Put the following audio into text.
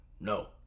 no